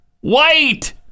White